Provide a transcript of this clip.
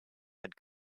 had